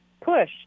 push